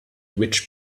which